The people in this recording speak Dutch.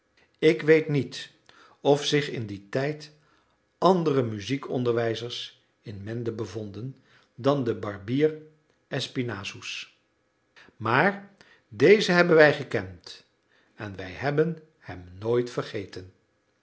ik weet niet of zich in dien tijd andere muziekonderwijzers in mende bevonden dan de barbier espinassous maar dezen hebben wij gekend en wij hebben hem nooit vergeten